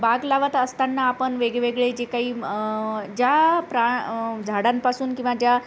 बाग लावत असताना आपण वेगवेगळे जे काही ज्या प्रा झाडांपासून किंवा ज्या